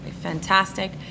fantastic